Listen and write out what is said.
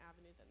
avenue